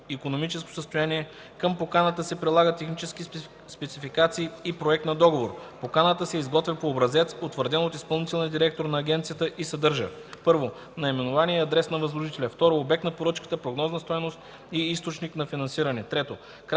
икономическото състояние. Към поканата се прилагат технически спецификации и проект на договор. Поканата се изготвя по образец, утвърден от изпълнителния директор на агенцията, и съдържа: 1. наименование и адрес на възложителя; 2. обект на поръчката, прогнозна стойност и източник на финансиране; 3. кратко